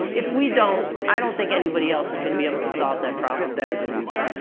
if we don't, i don't think anybody else is going to be able to solve that problem better than we did.